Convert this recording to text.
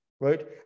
right